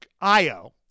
Io